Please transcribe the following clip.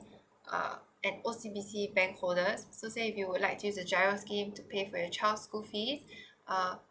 ah and O_C_B_C bank holders so say you would like to choose the giro scheme to pay for your child's school fee ah